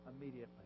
immediately